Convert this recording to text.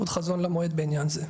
עוד חזון למועד בעניין זה.